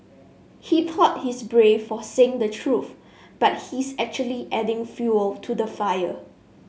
he thought he's brave for saying the truth but he's actually adding fuel to the fire